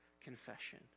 confession